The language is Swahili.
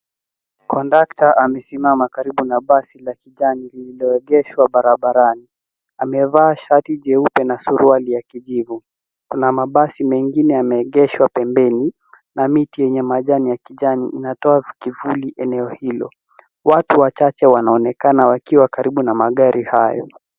Kondakta amesimama karibu na basi la kijani lililoegeshwa barabarani. Amevaa shati jeupe na suruali ya kijivu. Kuna mabasi mengine yameegeshwa pembeni, na miti yenye majani ya kijani, inatoa kivuli eneo hilo. Watu wachache wanaonekana wakiwa karibu na magari hayo.